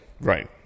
Right